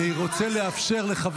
גב'